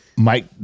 Mike